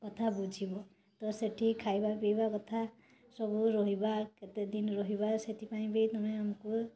କଥା ବୁଝିବ ତ ସେଠି ଖାଇବା ପିଇବା କଥା ସବୁ ରହିବା କେତେଦିନ ରହିବା ସେଥିପାଇଁ ବି ତମେ ଆମକୁ